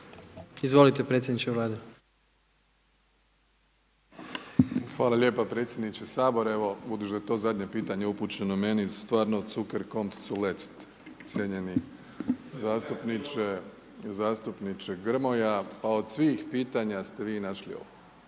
**Plenković, Andrej (HDZ)** Hvala lijepa predsjedniče Sabora. Evo, budući da je to zadnje pitanje upućeno meni, stvarno zucker kommt zuletzt, cijenjeni zastupniče Grmoja. Pa od svih pitanja ste vi našli ovo.